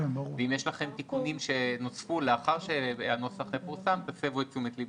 ואם יש לכם תיקונים שנוספו לאחר שהנוסח פורסם תסבו את תשומת ליבנו.